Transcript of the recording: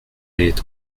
est